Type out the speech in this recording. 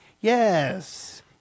yes